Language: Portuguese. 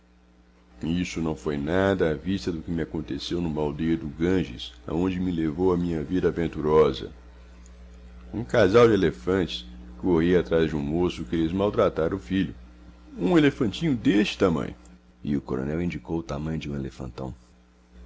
isso não foi nada à vista do que me aconteceu numa aldeia do ganges aonde me levou a minha vida aventurosa um casal de elefantes corria atrás de um moço que lhes maltratara o filho um elefantinho deste tamanho e o coronel indicou o